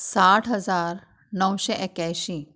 साठ हजार णवशें एक्यायशीं